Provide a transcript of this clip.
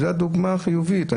זה הדוגמה החיובית.